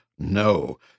No